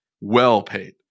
well-paid